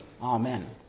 Amen